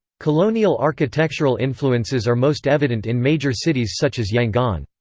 colonial architectural influences are most evident in major cities such as yangon.